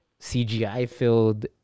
CGI-filled